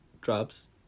drops